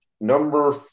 number